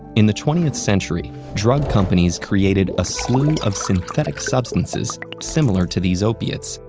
in the twentieth century, drug companies created a slew of synthetic substances similar to these opiates,